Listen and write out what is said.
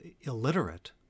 illiterate